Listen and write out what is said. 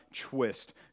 twist